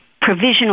provisional